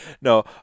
no